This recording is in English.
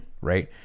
Right